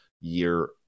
year